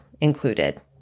included